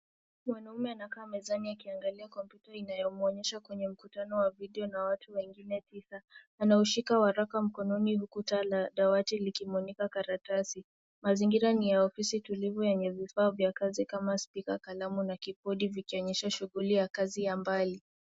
Mwanaume anakaa mezani akiangalia kompyuta inayomwonesha kwenye mkutano wa video na watu wengine tisa. Anaushika waraka mkononi huku taa la dawati likimulika karatasi. Mazingira ni ya ofisi tulivu yenye vifaa vya kazi kama spika ,kalamu na kibodi vikionyesha shughuli ya kazi ya mbali.